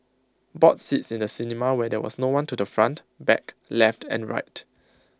bought seats in the cinema where there was no one to the front back left and right